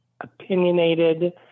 opinionated